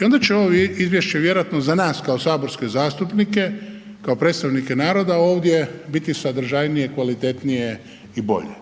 i onda će ovo izvješće vjerojatno za nas kao saborske zastupnike, kao predstavnike naroda ovdje biti sadržajnije, kvalitetnije i bolje.